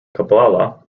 kabbalah